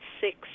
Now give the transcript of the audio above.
six